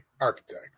architect